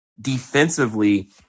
defensively